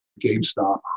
GameStop